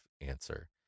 answer